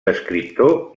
escriptor